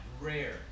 rare